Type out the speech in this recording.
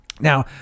Now